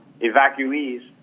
evacuees